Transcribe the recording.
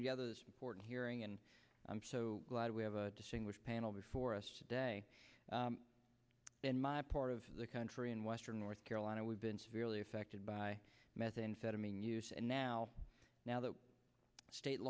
y other important hearing and i'm so glad we have a distinguished panel before us today in my part of the country in western north carolina we've been severely affected by methamphetamine use and now now that state